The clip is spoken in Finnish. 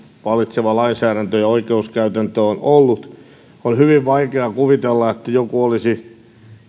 vallitseva lainsäädäntömme ja oikeuskäytäntömme on ollut on hyvin vaikea kuvitella että joku olisi